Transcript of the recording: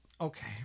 Okay